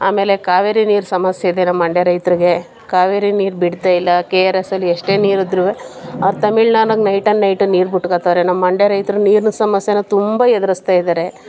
ಆಮೇಲೆ ಕಾವೇರಿ ನೀರು ಸಮಸ್ಯೆ ಇದೆ ನಮ್ಮ ಮಂಡ್ಯ ರೈತರಿಗೆ ಕಾವೇರಿ ನೀರು ಬಿಡ್ತಾಯಿಲ್ಲ ಕೆ ಆರ್ ಎಸ್ ಅಲ್ಲಿ ಎಷ್ಟೇ ನೀರು ಇದ್ರೂ ಅವ್ರು ತಮಿಳ್ನಾಡಿಗೆ ನೈಟ್ ಆ್ಯಂಡ್ ನೈಟು ನೀರ್ ಬಿಟ್ಕೊಳ್ತಾರೆ ನಮ್ಮ ಮಂಡ್ಯ ರೈತರು ನೀರಿನ ಸಮಸ್ಯೆನ ತುಂಬ ಎದುರಿಸ್ತಾಯಿದ್ದಾರೆ